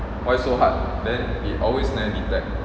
why so hard then it always never detect